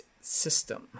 system